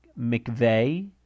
McVeigh